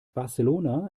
barcelona